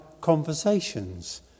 conversations